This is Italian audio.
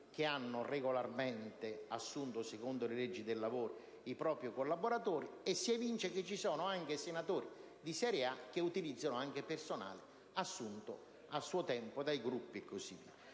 che hanno regolarmente assunto secondo le leggi del lavoro, i propri collaboratori, e si evince che ci sono anche senatori di serie A che utilizzano anche personale assunto a suo tempo dai Gruppi.